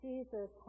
Jesus